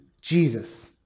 Jesus